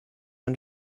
and